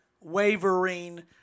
wavering